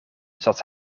zat